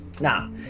Now